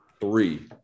Three